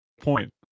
point